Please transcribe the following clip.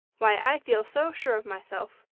why, i feel so sure of myself!